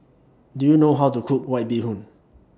Do YOU know How to Cook White Bee Hoon